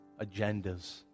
agendas